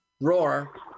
Roar